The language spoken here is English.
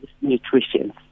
nutrition